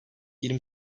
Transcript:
yirmi